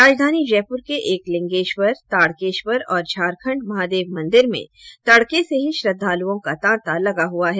राजधानी जयपुर के एकलिंगेश्वर ताडकेश्वर और झारखंड महादेव मन्दिर में तड़के से ही श्रद्धालुओं का तांता लगा हुआ है